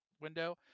window